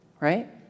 right